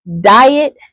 diet